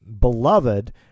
Beloved